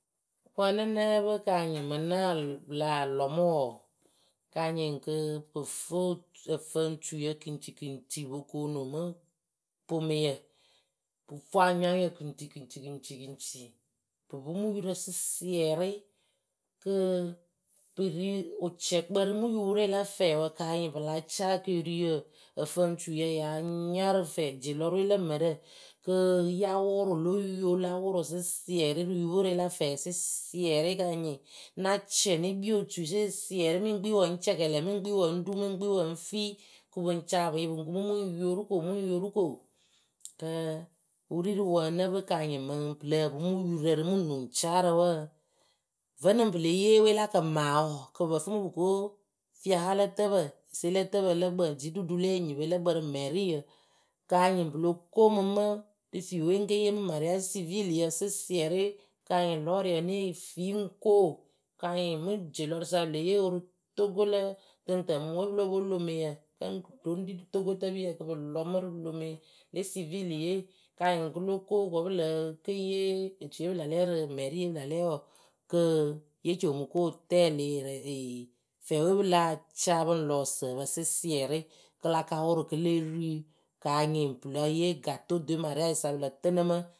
wǝ nǝ nǝ́ǝ pɨ kanyɩŋ mɨŋ náa lɔ pɨ láa lɔ mɨ wɔɔ kanyɩŋ kɨ pɨ fɨ ǝfǝɨtuiyǝ kiŋtiŋti pɨ po koonu mɨ pomɛyǝ. Pu fuu anyaŋyǝ kiŋtikiŋti kiŋti kiŋti pɨ pɨmɨ yurǝ sɩsɩɛrɩ kɨ pɨ ri wɨcɛkpǝ rɨ mɨ yupɨrǝ la fɛɛwǝ kanyɩŋ pɨla caa ekeriyǝ, ǝfǝŋtuiyǝ ya nya rɨ fɛ dielɔrɨwe lǝ mǝrǝ. kɨ ya wʊrʊ lo yo la wʊrʊ sɩsɩɛrɩ rɨ yupɨrɨwe la fɛɛ sɩsɩɛrɩ kanyɩŋ na cɛ ne kpii otui sɩsɩɛrɩ mɨŋ kpii wǝ ŋ cɛkɛlɛ mɨŋ kpii wǝ ŋ ɖu mɨŋ kpii wǝ ŋ fii kɨ pɨŋ ca ǝpɨŋyǝ pɨŋ kumɨ mɨ mɨŋ yorɨko mɨŋ yorɨko kɨ wɨri rɨ wǝ nǝ pɨ kanyɩŋ mɨŋ pɨ lǝ́ǝ pɨ mɨ yurǝ rɨ mɨ nuŋcaarǝ wǝǝ Vǝnɨŋ pɨle yee we la kɨma wɔɔ kɨpǝ fɨmɨ pɨ ko fiaha lǝtǝpǝ selǝtǝpǝ lǝkpǝŋ jiɖuɖu le enyipɨwe lǝkpǝŋ rɨ mɛriyǝ. Kanyɩŋ pɨlo komɨmɨ rɨ fiwe ŋke yee mɨ marɩasɩ civiliyǝ sɩsɩɛrɩ kanyɩŋ lɔrɩ wǝ neh fi ŋko kanyɩŋ mɨ dielɔrɨsa pɨle yeewɨ rɨ Togo lǝ tɨŋtǝmumuŋwe pɨ lóo pwo Lomeyǝ kǝ ɖo ŋ ri rɨ Togotǝpiyǝ kɨ pɨ lɔmɨ rɨ lome le civilɨye kanyɩŋ kɨlo ko wǝ pɨle ke yee otuiye rɨ mɛriye pɨla lɛ wɔɔ, kǝ ye comɨko otɛlɩ fɛwe pɨ láa ca pɨŋ lɔ ǝsǝǝpǝ sɩsɩɛrɩ kɨ la ka wʊrʊ kɨ le ri kanyɩŋ pɨle yee gato de marɩasɩ sa pɨlǝ tɨnɨ mɨ.